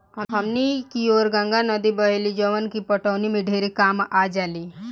हमनी कियोर गंगा नद्दी बहेली जवन की पटवनी में ढेरे कामे आजाली